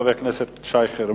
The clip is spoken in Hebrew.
תודה לחבר הכנסת שי חרמש.